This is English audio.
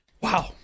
Wow